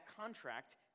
contract